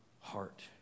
heart